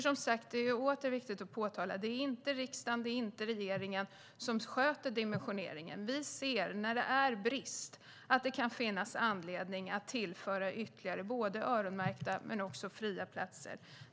Som sagt är det viktigt att påpeka att det inte är riksdagen eller regeringen som sköter dimensioneringen. Vi ser att det, när det är brist, kan finnas anledning att tillföra ytterligare platser, både öronmärkta och fria.